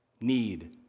Need